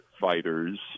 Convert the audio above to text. fighters